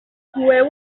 coeu